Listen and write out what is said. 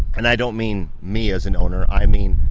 and i don't mean me as an owner. i mean,